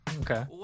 okay